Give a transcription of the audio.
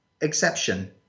exception